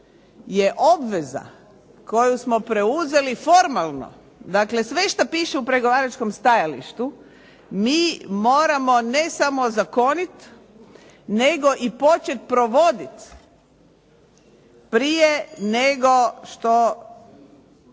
je obveza koju smo preuzeli formalno, dakle sve što piše u pregovaračkom stajalištu mi moramo ne samo ozakonit nego i počet provodit prije nego što